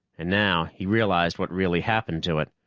and now he realized what really happened to it.